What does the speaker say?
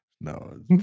No